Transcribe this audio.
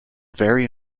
very